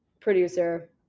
producer